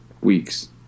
weeks